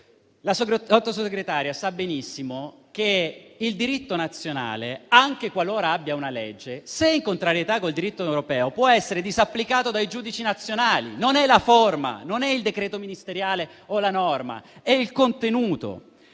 La Sottosegretaria sa benissimo che il diritto nazionale, anche qualora abbia una legge, se in contrarietà col diritto europeo, può essere disapplicato dai giudici nazionali. Non è la forma, non è il decreto ministeriale o la norma, ma è il contenuto.